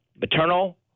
maternal